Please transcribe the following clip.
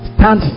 Stand